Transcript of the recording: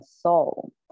soul